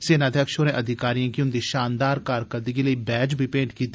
सेनाध्यक्ष होरें अधिकारिएं गी उंदी शानदार कारकरदगी लेई बैज बी भेंट कीते